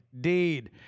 deed